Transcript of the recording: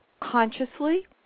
consciously